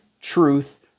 truth